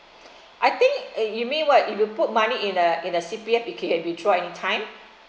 I think you mean what if you put money in uh in uh C_P_F it can withdraw anytime